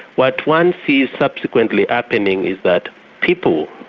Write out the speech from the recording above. what one sees subsequently happening is that people,